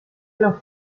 los